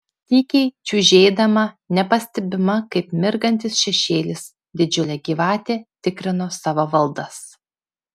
tykiai čiužėdama nepastebima kaip mirgantis šešėlis didžiulė gyvatė tikrino savo valdas